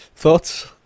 thoughts